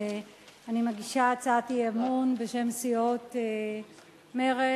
אני מגישה הצעת אי-אמון בשם סיעות מרצ,